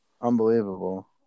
Unbelievable